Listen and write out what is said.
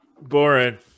Boring